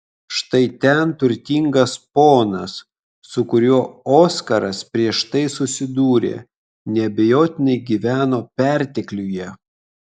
štai ten turtingas ponas su kuriuo oskaras prieš tai susidūrė neabejotinai gyveno pertekliuje